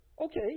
Okay